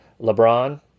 LeBron